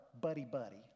buddy-buddy